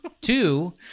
Two